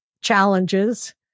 challenges